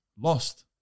lost